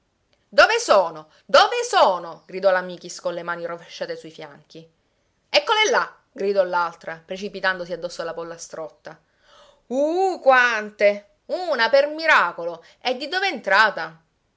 dove sono dove sono gridò la michis con le mani rovesciate sui fianchi eccole là gridò l'altra precipitandosi addosso alla pollastrotta uh quante una per miracolo e di dove